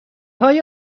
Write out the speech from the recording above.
های